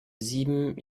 sieben